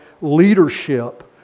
leadership